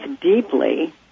deeply